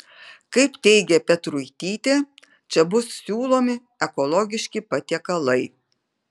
kaip teigė petruitytė čia bus siūlomi ekologiški patiekalai